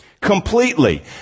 Completely